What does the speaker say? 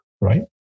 right